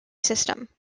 system